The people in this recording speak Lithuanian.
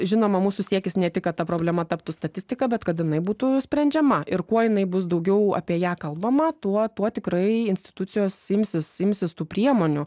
žinoma mūsų siekis ne tik kad ta problema taptų statistika bet kad jinai būtų sprendžiama ir kuo jinai bus daugiau apie ją kalbama tuo tuo tikrai institucijos imsis imsis tų priemonių